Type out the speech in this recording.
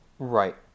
Right